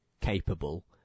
capable